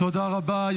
תודה רבה.